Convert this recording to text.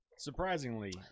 Surprisingly